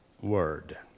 word